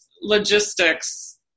logistics